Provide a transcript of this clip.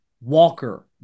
Walker